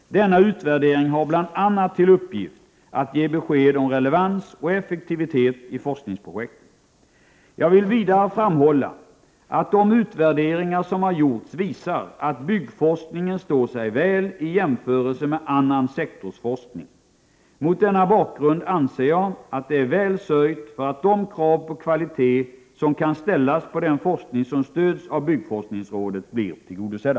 Denna utvärdering har bl.a. till uppgift att ge besked om relevans och effektivitet i forskningsprojekten. Jag vill vidare framhålla att de utvärderingar som har gjorts visar att byggforskningen står sig väl i jämförelse med annan sektorsforskning. Mot denna bakgrund anser jag att det är väl sörjt för att de krav på kvalitet som kan ställas på den forskning som stöds av byggforskningsrådet blir tillgodosedda.